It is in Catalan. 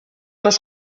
les